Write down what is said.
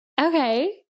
Okay